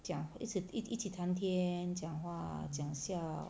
讲一次一一起谈天讲话讲笑